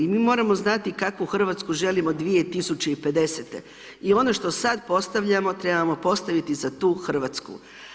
Mi moramo znati kakvu Hrvatsku želimo 2050., i ono što sad postavljamo, trebamo postaviti za tu Hrvatsku.